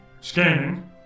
Scanning